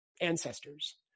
ancestors